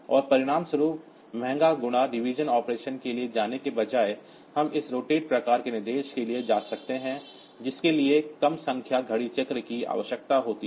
और परिणामस्वरूप महंगा गुणा डिवीजन ऑपरेशन के लिए जाने के बजाय हम इस रोटेट प्रकार के निर्देश के लिए जा सकते हैं जिसके लिए कम संख्या घड़ी चक्र की आवश्यकता होती है